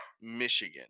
Michigan